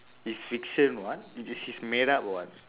is fiction [what] it it is make up [what]